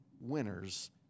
winners